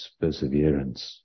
perseverance